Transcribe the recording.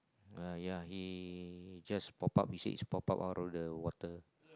uh ya he just pop up his head pop up out of the water